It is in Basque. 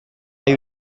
ari